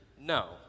no